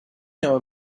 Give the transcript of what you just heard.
know